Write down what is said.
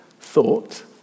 thought